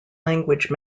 language